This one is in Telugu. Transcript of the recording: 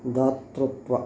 దాతృత్వ